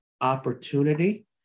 opportunity